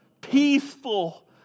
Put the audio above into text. peaceful